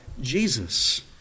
Jesus